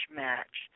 match